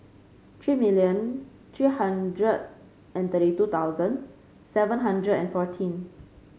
three million three hundred and thirty two thousand seven hundred and fourteen